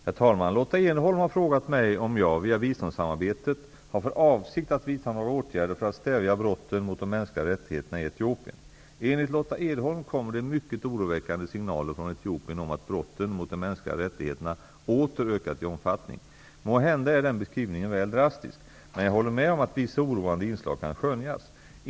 Herr talman! Lotta Edholm har frågat mig om jag, via biståndssamarbetet, har för avsikt att vidta några åtgärder för att stävja brotten mot de mänskliga rättigheterna i Etiopien. Enligt Lotta Edholm kommer det mycket oroväckande signaler från Etiopien om att brotten mot de mänskliga rättigheterna åter har ökat i omfattning. Måhända är den beskrivningen väl drastisk, men jag håller med om att vissa oroande inslag kan skönjas.